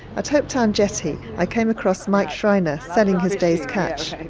at hope town jetty, i came across mike schreiner selling his day's catch. i've